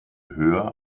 höher